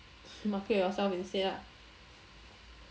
market yourself instead lah